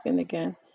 again